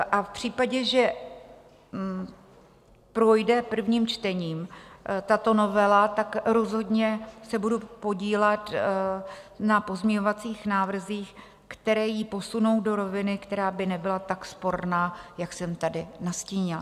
A v případě, že projde prvním čtením tato novela, rozhodně se budu podílet na pozměňovacích návrzích, které ji posunou do roviny, která by nebyla tak sporná, jak jsem tady nastínila.